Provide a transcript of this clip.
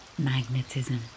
magnetism